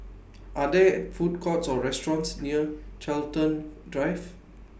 Are There Food Courts Or restaurants near Chiltern Drive